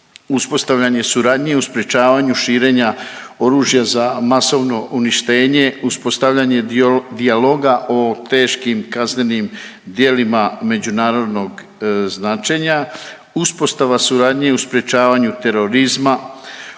uspostavljanje suradnje u sprječavanju širenja oružja za masovno uništenje, uspostavljanje dijaloga o teškim kaznenim djelima međunarodnog značenja, uspostava suradnje u sprječavanju terorizma,